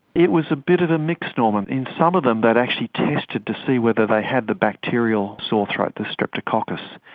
it was a bit of a mix, norman. in some of them they'd actually tested to see whether they had the bacterial sore throat, the streptococcus.